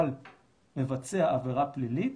אבל מבצע עבירה פלילית